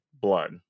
blood